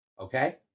Okay